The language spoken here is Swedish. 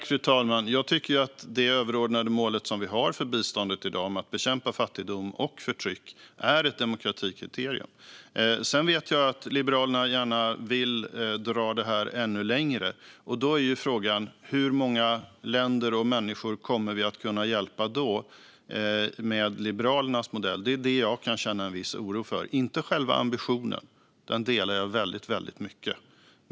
Fru talman! Jag tycker att det överordnade målet som vi har för biståndet i dag om att bekämpa fattigdom och förtryck är ett demokratikriterium. Sedan vet jag att Liberalerna gärna vill dra det här ännu längre. Frågan är hur många länder och människor vi kommer att kunna hjälpa med Liberalernas modell. Det är det jag kan känna en viss oro för - inte själva ambitionen. Den delar jag väldigt mycket.